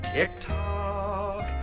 Tick-tock